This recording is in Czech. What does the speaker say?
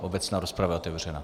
Obecná rozprava je otevřena.